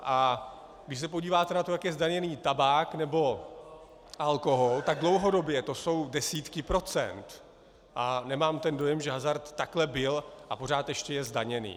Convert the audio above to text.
A když se podíváte na to, jak je zdaněn tabák nebo alkohol, tak dlouhodobě to jsou desítky procent a nemám ten dojem, že hazard takhle byl a pořád ještě je zdaněn.